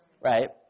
right